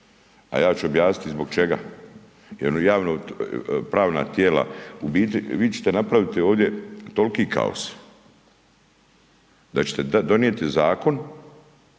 a ja ću objasniti zbog čega, jer javna, pravna tijela, u biti vi ćete napraviti ovdje toliki kaos da ćete donijeti zakon